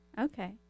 Okay